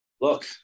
Look